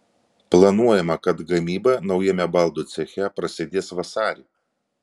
planuojama kad gamyba naujame baldų ceche prasidės vasarį